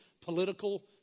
political